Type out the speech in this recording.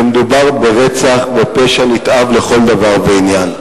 שמדובר ברצח ופשע נתעב לכל דבר ועניין.